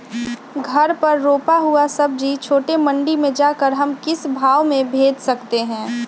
घर पर रूपा हुआ सब्जी छोटे मंडी में जाकर हम किस भाव में भेज सकते हैं?